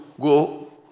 go